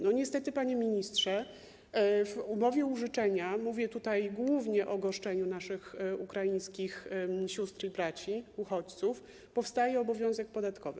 Niestety, panie ministrze, w umowie użyczenia - mówię tutaj głównie o goszczeniu naszych ukraińskich sióstr i braci, uchodźców - powstaje obowiązek podatkowy.